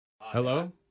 Hello